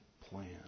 plan